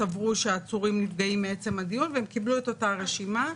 סברו שהעצורים נפגעים מעצם הדיון והם קיבלו את אותה רשימה.